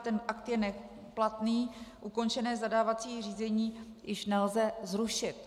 Ten akt je neplatný, ukončené zadávací řízení již nelze zrušit.